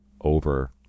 over